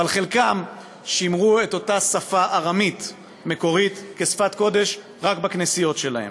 אבל חלקם שימרו את אותה שפה ארמית מקורית כשפת קודש רק בכנסיות שלהם.